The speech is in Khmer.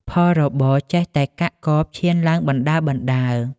ផលរបរចេះតែកាក់កបឈានឡើងបណ្តើរៗ។